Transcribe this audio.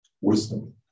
wisdom